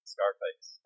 Scarface